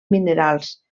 minerals